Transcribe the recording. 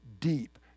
deep